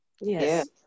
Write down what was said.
Yes